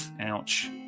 Ouch